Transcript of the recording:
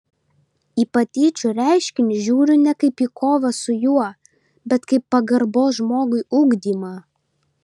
į patyčių reiškinį žiūriu ne kaip į kovą su juo bet kaip pagarbos žmogui ugdymą